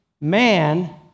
man